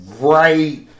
right